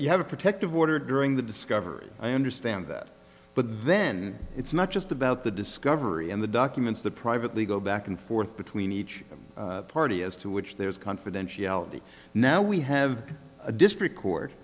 you have a protective order during the discovery i understand that but then it's not just about the discovery and the documents that privately go back and forth between each party as to which there is confidentiality now we have a district court